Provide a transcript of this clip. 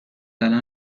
الان